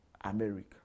America